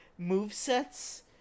movesets